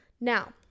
Now